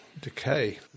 decay